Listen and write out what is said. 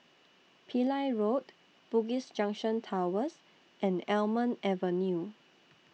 Pillai Road Bugis Junction Towers and Almond Avenue